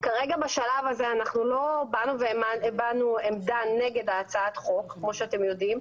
כרגע בשלב הזה אנחנו לא הבענו עמדה נגד הצעת החוק כמו שאתם יודעים.